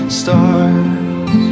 stars